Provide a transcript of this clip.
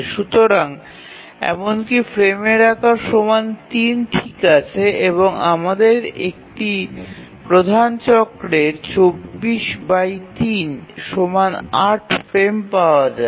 সুতরাং এমনকি ফ্রেমের আকার ৩ ঠিক আছে এবং আমাদের একটি প্রধান চক্রের ২৪৩ ৮ ফ্রেম পাওয়া যায়